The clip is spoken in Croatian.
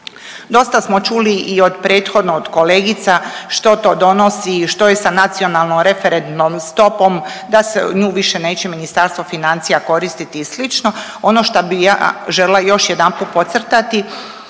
Dosta smo čuli i prethodno od kolegica što to donosi, što je sa nacionalnom referentnom stopom da se nju više neće Ministarstvo financija koristiti i sl., ono što bi ja želila još jedanput podcrtati